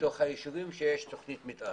בתוך הישובים בהם יש תוכנית מתאר.